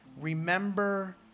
Remember